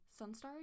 Sunstar